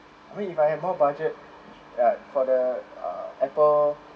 I mean if I have more budget ya like for the uh Apple